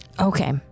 Okay